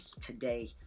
today